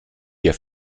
hier